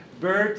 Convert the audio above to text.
Bert